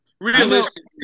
Realistically